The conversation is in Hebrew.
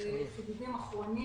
בחידודים אחרונים.